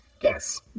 Yes